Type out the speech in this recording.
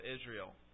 Israel